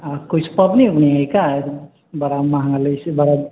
आओर किछु पबनि अबनी हइ का बड़ा महगा लै छी बड़ा